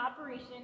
operation